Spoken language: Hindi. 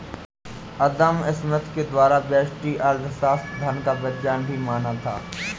अदम स्मिथ के द्वारा व्यष्टि अर्थशास्त्र धन का विज्ञान भी माना था